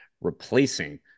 replacing